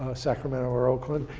ah sacramento or oakland,